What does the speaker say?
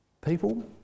People